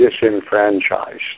disenfranchised